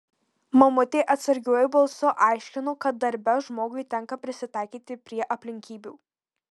mamutė atsargiuoju balsu aiškino kad darbe žmogui tenka prisitaikyti prie aplinkybių